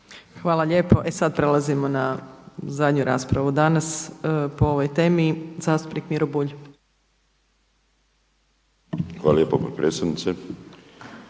vam lijepo. E sada prelazimo na zadnju raspravu danas po ovoj temi. Zastupnik Miro Bulj. **Opačić, Milanka